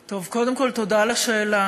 טוב, קודם כול, תודה על השאלה.